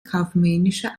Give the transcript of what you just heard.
kaufmännische